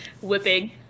Whipping